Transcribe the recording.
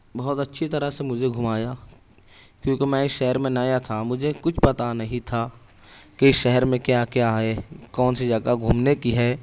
بہت اچھی طرح سے مجھے گھمایا کیونکہ میں اس شہر میں نیا تھا مجھے کچھ بھی پتہ نہیں تھا کہ شہر میں کیا کیا ہے کون سی جگہ گھومنے کی ہے